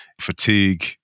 fatigue